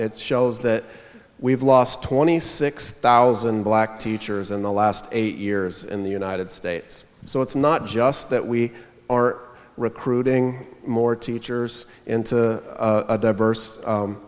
it shows that we've lost twenty six thousand black teachers in the last eight years in the united states so it's not just that we are recruiting more teachers into a diverse